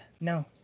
no